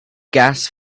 gas